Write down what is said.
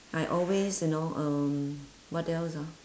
I always you know uh what else ah